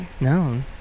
no